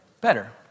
Better